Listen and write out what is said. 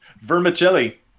Vermicelli